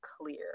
clear